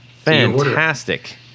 fantastic